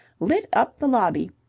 lit up the lobby.